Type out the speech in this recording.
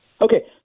Okay